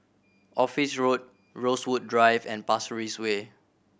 Office Road Rosewood Drive and Pasir Ris Way